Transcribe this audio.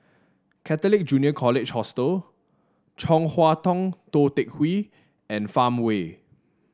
Catholic Junior College Hostel Chong Hua Tong Tou Teck Hwee and Farmway